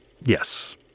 Yes